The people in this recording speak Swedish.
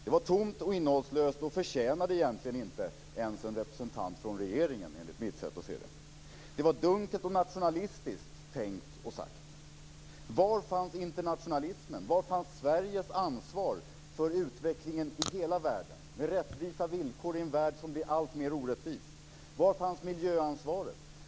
Det var tomt och innehållslöst och förtjänade egentligen inte ens en representant från regeringen, enligt mitt sätt att se det. Det var dunkelt och nationalistiskt tänkt och sagt. Var fanns internationalismen? Var fanns Sveriges ansvar för utvecklingen i hela världen med rättvisa villkor i en värld som blir alltmer orättvis? Var fanns miljöansvaret?